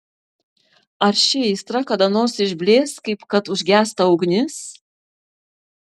ar ši aistra kada nors išblės kaip kad užgęsta ugnis